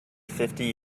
fifty